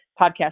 podcast